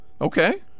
Okay